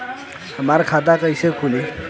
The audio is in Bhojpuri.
हमार खाता कईसे खुली?